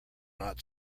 not